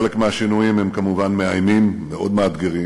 חלק מהשינויים הם כמובן מאיימים ומאוד מאתגרים,